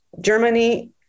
Germany